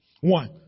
One